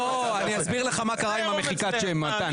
לא, אני אסביר לך מה קרה עם מחיקת השם, מתן.